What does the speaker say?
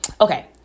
Okay